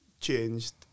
changed